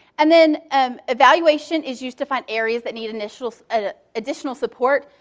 and then um evaluation is used to find areas that need additional ah additional support,